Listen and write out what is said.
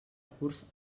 curs